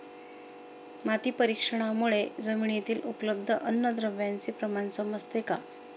माती परीक्षणामुळे जमिनीतील उपलब्ध अन्नद्रव्यांचे प्रमाण समजते का?